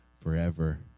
forever